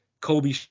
Kobe